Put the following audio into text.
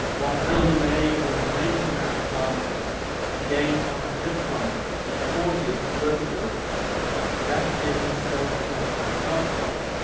one early may we were making that climb again up a cliff-front with pauses and vertigo at breathtaking stone steps, outcrops,